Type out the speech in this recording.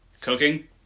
Cooking